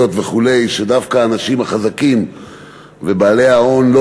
וכו' שדווקא האנשים החזקים ובעלי ההון לא